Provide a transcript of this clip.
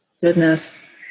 Goodness